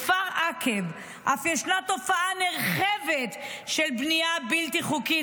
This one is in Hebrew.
בכפר עקב אף ישנה תופעה נרחבת של בנייה בלתי חוקית.